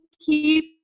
keep